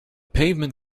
pavement